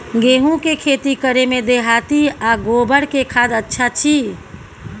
गेहूं के खेती करे में देहाती आ गोबर के खाद अच्छा छी?